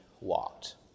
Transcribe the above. walked